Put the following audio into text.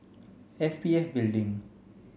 S P F Building